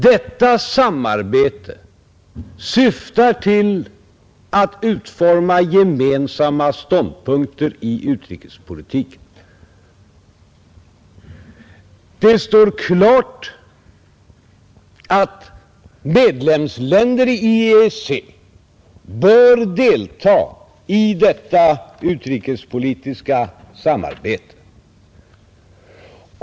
Detta samarbete syftar till att utforma gemensamma ståndpunkter i utrikespolitiken. Det står klart att medlemsländer i EEC bör delta i detta utrikespolitiska samarbete.